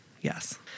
Yes